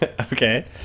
Okay